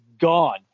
gone